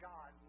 God